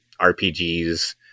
RPGs